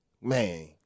man